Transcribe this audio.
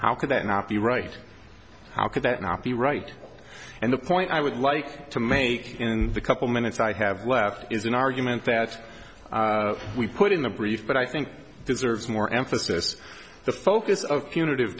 how could that not be right how could that not be right and the point i would like to make in the couple minutes i have left is an argument that we put in the brief but i think deserves more emphasis the focus of punit